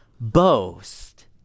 boast